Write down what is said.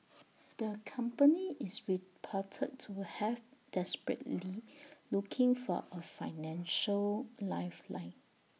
the company is reported to have desperately looking for A financial lifeline